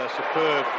superb